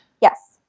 Yes